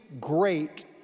great